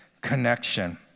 connection